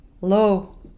low